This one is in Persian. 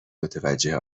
متوجه